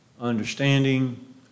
understanding